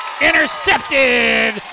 Intercepted